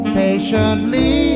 patiently